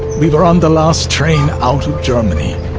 we were on the last train out of germany.